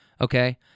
okay